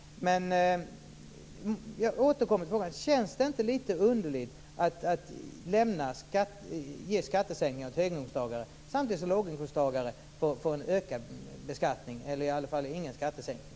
Jag återkommer dock till frågan: Känns det inte litet underligt att ge skattesänkningar åt höginkomsttagare samtidigt som låginkomsttagare får en ökad beskattning, eller i alla fall ingen skattesänkning?